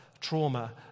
trauma